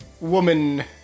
woman